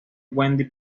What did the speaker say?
wendy